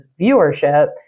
viewership